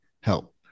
help